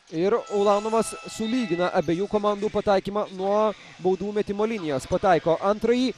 ir ulanovas sulygina abiejų komandų pataikymą nuo baudų metimo linijos pataiko antrąjį